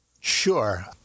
Sure